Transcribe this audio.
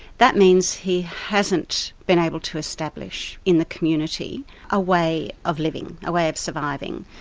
that means he hasn't been able to establish in the community a way of living, a way of surviving.